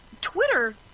Twitter